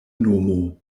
nomo